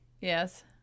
Yes